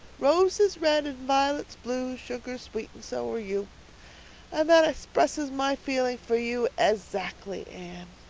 roses red and vi'lets blue, sugar's sweet, and so are you and that spresses my feelings for you ezackly, anne.